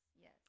Yes